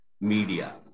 media